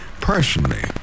personally